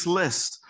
list